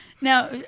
Now